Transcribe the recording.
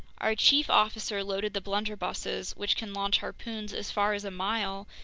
our chief officer loaded the blunderbusses, which can launch harpoons as far as a mile,